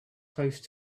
close